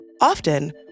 Often